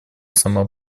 сама